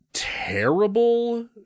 terrible